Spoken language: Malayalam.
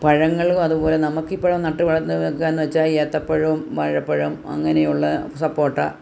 പഴങ്ങളും അതുപോലെ നമുക്ക് ഇപ്പഴും നട്ട് വളർത്തുകാന്ന് വെച്ചാൽ ഏത്തപ്പഴവും വാഴപ്പഴവും അങ്ങനെയുള്ള സപ്പോട്ട